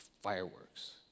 fireworks